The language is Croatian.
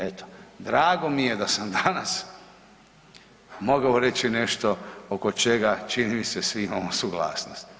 Eto, drago mi je da sam danas mogao reći nešto oko čega, čini mi se, svi imamo suglasnost.